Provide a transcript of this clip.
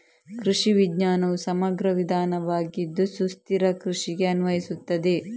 ಕೃಷಿ ವಿಜ್ಞಾನವು ಸಮಗ್ರ ವಿಧಾನವಾಗಿದ್ದು ಸುಸ್ಥಿರ ಕೃಷಿಗೆ ಅನ್ವಯಿಸುತ್ತದೆ